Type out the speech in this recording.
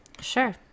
Sure